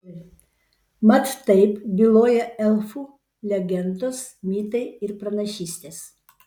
mat taip byloja elfų legendos mitai ir pranašystės